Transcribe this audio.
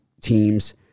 teams